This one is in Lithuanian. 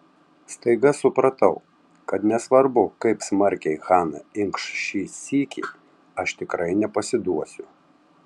staiga supratau kad nesvarbu kaip smarkiai hana inkš šį sykį aš tikrai nepasiduosiu